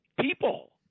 people